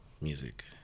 music